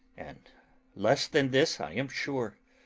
and less than this, i am sure,